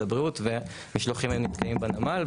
הבריאות ומשלוחים היו נתקעים בנמל.